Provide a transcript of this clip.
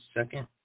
second